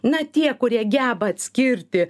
na tie kurie geba atskirti